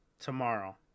tomorrow